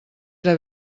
era